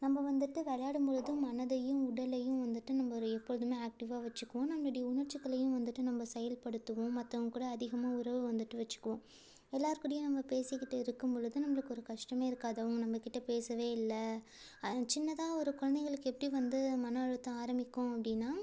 நம்ம வந்துட்டு விளையாடும்பொழுது மனதையும் உடலையும் வந்துட்டு நம்ம ஒரு எப்பொழுதுமே ஆக்டிவாக வச்சுக்குவோம் நம்மளுடைய உணர்ச்சிகளையும் வந்துட்டு நம்ம செயல்படுத்துவோம் மற்றவங்க கூட அதிகமாக உறவு வந்துட்டு வச்சிக்குவோம் எல்லார் கூடயும் நம்ம பேசிக்கிட்டு இருக்கும்பொழுது நம்மளுக்கு ஒரு கஷ்டமே இருக்காது அவங்க நம்மக்கிட்ட பேசவே இல்லை சின்னதாக ஒரு குழந்தைங்களுக்கு எப்படி வந்து மனஅழுத்தம் ஆரம்பிக்கும் அப்படினா